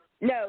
No